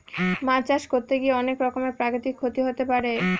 মাছ চাষ করতে গিয়ে অনেক রকমের প্রাকৃতিক ক্ষতি হতে পারে